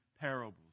parables